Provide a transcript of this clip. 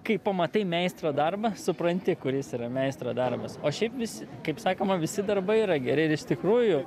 kai pamatai meistro darbą supranti kuris yra meistro darbas o šiaip visi kaip sakoma visi darbai yra geri ir iš tikrųjų